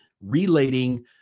relating